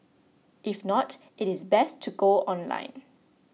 if not it is best to go online